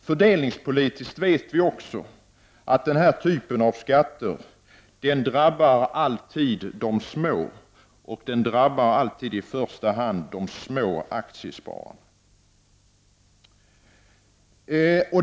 Fördelningspolitiskt vet vi också att den här typen av skatt alltid drabbar de små, och den drabbar alltid i första hand de små aktiespararna.